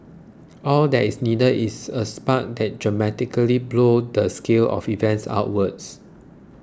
all that is needed is a spark that dramatically blow the scale of events outwards